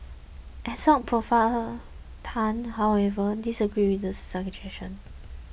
assoc Prof Tan however disagreed with the suggestion